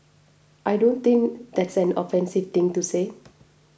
I don't think that's an offensive thing to say